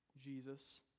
Jesus